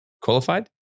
qualified